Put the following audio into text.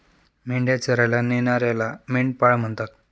मेंढ्या चरायला नेणाऱ्याला मेंढपाळ म्हणतात